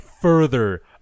further